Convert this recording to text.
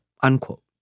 unquote